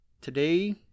Today